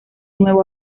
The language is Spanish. nueva